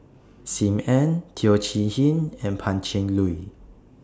SIM Ann Teo Chee Hean and Pan Cheng Lui